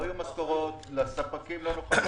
לא יהיו משכורות, לספקים לא נוכל לשלם.